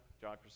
John